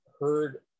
heard